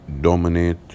dominate